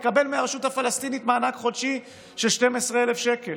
תקבל מהרשות הפלסטינית מענק חודשי של 12,000 שקל.